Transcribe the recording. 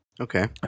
Okay